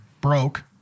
broke